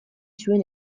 zuen